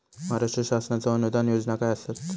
महाराष्ट्र शासनाचो अनुदान योजना काय आसत?